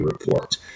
report